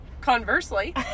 conversely